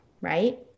right